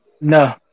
No